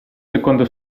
secondo